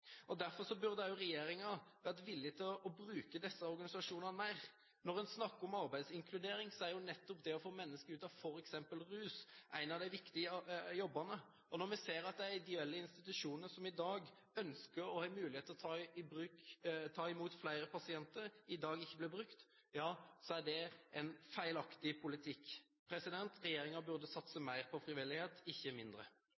Derfor burde også regjeringen vært villig til å bruke disse organisasjonene mer. Når en snakker om arbeidsinkludering, er jo nettopp det å få mennesker ut av f.eks. rus en av de viktige jobbene, og når vi ser at de ideelle institusjonene som ønsker og har mulighet til å ta imot flere pasienter, i dag ikke blir brukt, er det en feilaktig politikk. Regjeringen burde